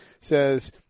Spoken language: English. says –